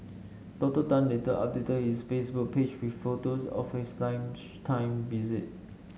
Doctor Tan later updated his Facebook page with photos of his lunchtime visit